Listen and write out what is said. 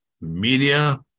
media